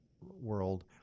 world